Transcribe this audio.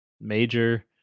major